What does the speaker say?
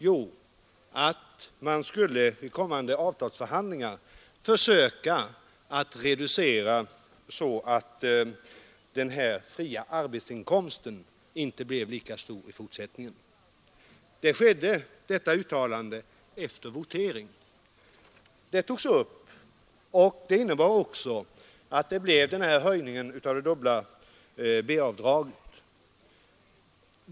Jo, att man under kommande avtalsförhandlingar skulle försöka reducera så att den fria arbetsinkomsten inte blev lika stor i fortsättningen. Detta uttalande skedde efter votering. Det togs upp och det innebar en höjning av det dubbla B-avdraget.